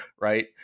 right